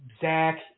Zach